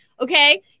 Okay